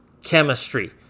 chemistry